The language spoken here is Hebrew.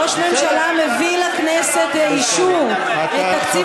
ראש ממשלה מביא לכנסת לאישור את תקציב